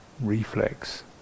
reflex